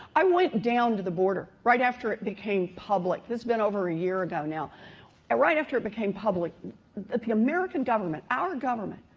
i went down to the border right after it became public this has been over a year ago now ah right after it became public the american government, our government,